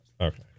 Okay